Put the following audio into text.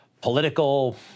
political